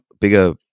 bigger